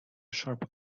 sharp